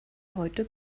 heute